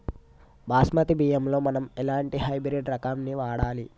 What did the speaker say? బాస్మతి బియ్యంలో మనం ఎలాంటి హైబ్రిడ్ రకం ని వాడాలి?